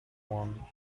one